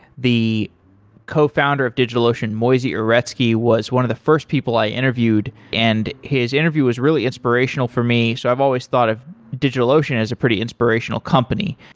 the cofounder of digitalocean, moisey uretsky, was one of the first people i interviewed, and his interview was really inspirational for me. so i've always thought of digitalocean as a pretty inspirational company.